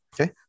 okay